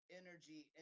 energy